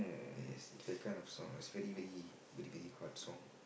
yes it's a kind of song uh it's very very very very hard song